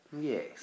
Yes